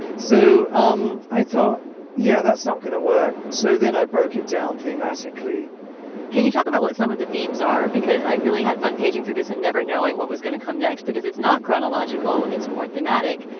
so um i thought yeah that's not going to work. so then i broke it down thematically can you talk about what some of the themes are. because i really had fun paging through this and never knowing what was going to come next because it's not chronological it's more thematic.